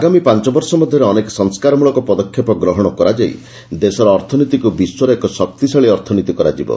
ଆଗାମୀ ପାଞ୍ଚ ବର୍ଷ ମଧ୍ୟରେ ଅନେକ ସଂସ୍କାର ମୂଳକ ପଦକ୍ଷେପ ଗ୍ରହଣ କରାଯାଇ ଦେଶର ଅର୍ଥନୀତିକୁ ବିଶ୍ୱର ଏକ ଶକ୍ତିଶାଳୀ ଅର୍ଥନୀତି କରାଯିବ